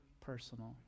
personal